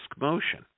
motion